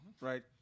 right